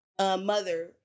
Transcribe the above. mother